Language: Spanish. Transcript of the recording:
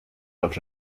los